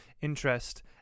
interest